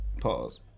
Pause